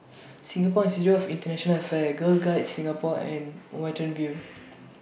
Singapore Institute of International Affairs Girl Guides Singapore and Watten View